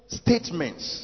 statements